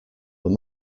but